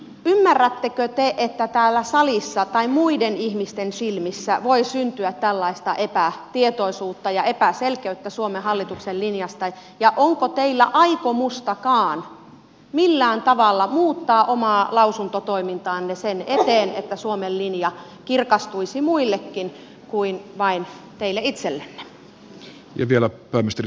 ymmärrättekö te että täällä salissa tai muiden ihmisten silmissä voi syntyä tällaista epätietoisuutta ja epäselkeyttä suomen hallituksen linjasta ja onko teillä aikomustakaan millään tavalla muuttaa omaa lausuntotoimintaanne sen eteen että suomen linja kirkastuisi muillekin kuin vain teille itsellenne